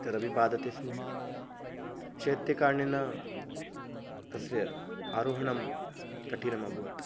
तदपि बाधते स्म शैत्यकारणेन तस्य आरोहणं कठिनम् अभवत्